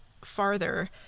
farther